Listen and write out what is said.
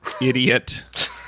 idiot